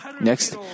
Next